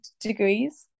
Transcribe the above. degrees